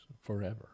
forever